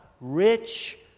rich